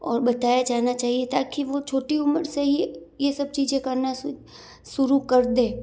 और बताया जाना चाहिए ताकि वह छोटी उम्र से ही यह सब चीजें करना सु शुरू कर दे